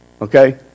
Okay